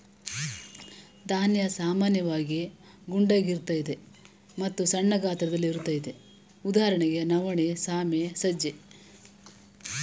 ಧಾನ್ಯ ಸಾಮಾನ್ಯವಾಗಿ ಗುಂಡಗಿರ್ತದೆ ಮತ್ತು ಸಣ್ಣ ಗಾತ್ರದಲ್ಲಿರುತ್ವೆ ಉದಾಹರಣೆಗೆ ನವಣೆ ಸಾಮೆ ಸಜ್ಜೆ